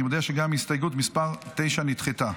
אני מודיע שגם הסתייגות מס' 9 נדחתה.